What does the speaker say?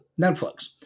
Netflix